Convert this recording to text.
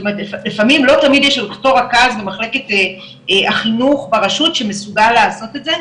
לפעמים לא תמיד יש אותו רכז במחלקת החינוך ברשות שמסוגל לעשות את זה,